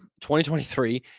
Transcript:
2023